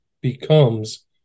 becomes